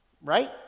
Right